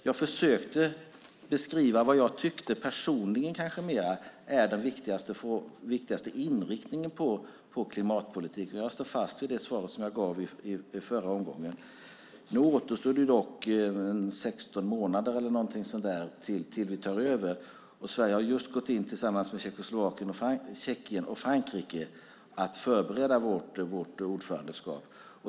Jag försökte beskriva vad jag personligen tyckte är den viktigaste inriktningen på klimatpolitiken, och jag står fast vid det svar jag gav i förra omgången. Nu återstår det dock 16 månader eller något sådant tills vi tar över, och Sverige har just gått in för att tillsammans med Tjeckien och Frankrike förbereda vårt ordförandeskap.